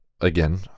again